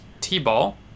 t-ball